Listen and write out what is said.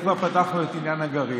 אם כבר פתחנו את עניין הגרעין,